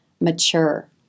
mature